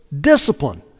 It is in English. discipline